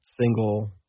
single